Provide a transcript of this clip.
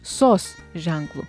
sos ženklu